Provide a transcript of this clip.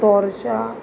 Torsha